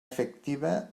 efectiva